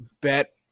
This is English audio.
bet